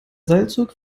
seilzug